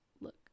Look